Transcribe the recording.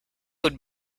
would